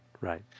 right